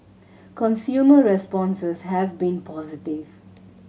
consumer responses have been positive